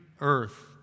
earth